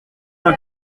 una